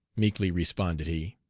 meekly responded he.